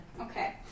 Okay